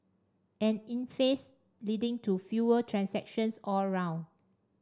an impasse leading to fewer transactions all round